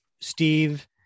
Steve